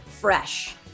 fresh